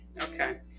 okay